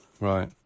Right